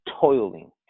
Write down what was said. toiling